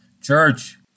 Church